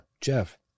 Jeff